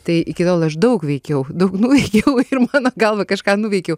tai iki tol aš daug veikiau daug nuveikiau ir mano galva kažką nuveikiau